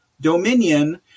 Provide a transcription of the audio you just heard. Dominion